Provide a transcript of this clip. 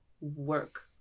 work